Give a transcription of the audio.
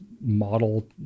model